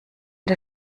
der